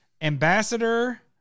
Ambassador